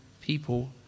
people